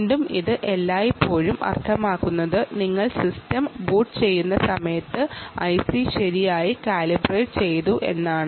വീണ്ടും ഇത് എല്ലായ്പ്പോഴും അർത്ഥമാക്കുന്നത് നിങ്ങൾ സിസ്റ്റം ബൂട്ട് ചെയ്യുന്ന സമയത്ത് ഐസി ശരിയായി കാലിബ്രേറ്റ് ചെയ്യുക എന്നാണ്